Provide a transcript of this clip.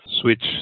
switch